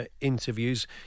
interviews